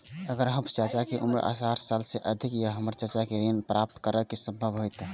अगर हमर चाचा के उम्र साठ साल से अधिक या ते हमर चाचा के लेल ऋण प्राप्त करब संभव होएत?